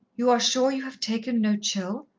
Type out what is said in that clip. you are sure you have taken no chill?